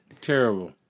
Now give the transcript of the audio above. Terrible